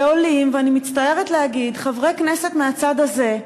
ועולים, ואני מצטערת להגיד, חברי כנסת מהצד הזה,